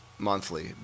monthly